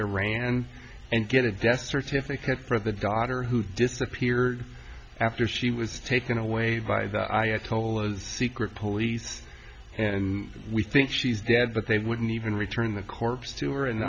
iran and get a death certificate for the daughter who disappeared after she was taken away by the ayatollah secret police and we think she's dead but they wouldn't even return the corpse to her and